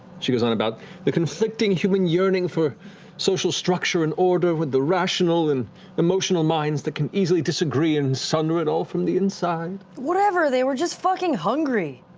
she goes on about the conflicting human yearning for social structure and order with the rational and emotional minds that can easily disagree and sunder it all from the inside. ashley whatever, they were just fucking hungry.